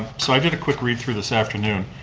so i did a quick read-through this afternoon.